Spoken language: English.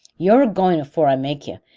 you're agoing afore i makes yer,